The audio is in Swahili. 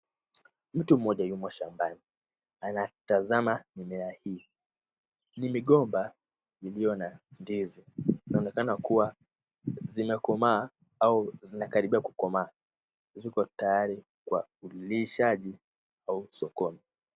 Mtu mmoja yumo shambani, anatazama mimea hii, ni migomba iliyo na ndizi, inaonekana kuwa zimekomaa au zinakaribia kukomaa, ziko tayari kwa ulishaji au sokoni.